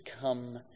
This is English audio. come